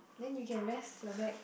then you can rest your back